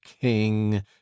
king